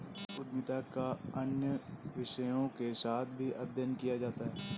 उद्यमिता का अन्य विषयों के साथ भी अध्ययन किया जाता है